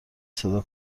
صدا